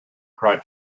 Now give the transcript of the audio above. cried